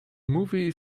movie